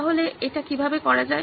তাহলে এটা কিভাবে করা যায়